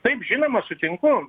taip žinoma sutinku